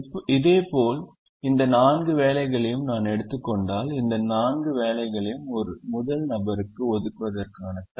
இதேபோல் இந்த நான்கு வேலைகளையும் நான் எடுத்துக் கொண்டால் இந்த நான்கு வேலைகளையும் முதல் நபருக்கு ஒதுக்குவதற்கான செலவு